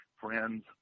friends